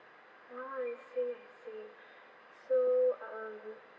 oh I see I see so um